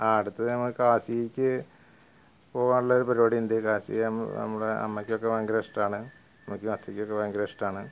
ആ അടുത്ത ഞങ്ങള് കാശിക്ക് പോകാനുള്ളൊരു പരിപാടി ഉണ്ട് കാശി നമ്മുടെ അമ്മയ്ക്കൊക്കെ ഭയങ്കര ഇഷ്ടമാണ് അമ്മയ്ക്കും അച്ചയ്ക്ക് ഒക്കെ ഭയങ്കര ഇഷ്ടമാണ്